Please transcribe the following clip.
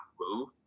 move